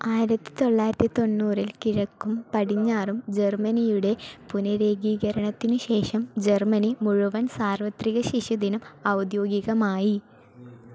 ആയിരത്തി തൊള്ളായിരത്തി തൊണ്ണൂറിൽ കിഴക്കും പടിഞ്ഞാറും ജർമ്മനിയുടെ പുനരേകീകരണത്തിനു ശേഷം ജർമ്മനി മുഴുവൻ സാർവത്രിക ശിശുദിനം ഔദ്യോഗികമായി